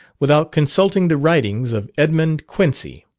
without consulting the writings of edmund quincy,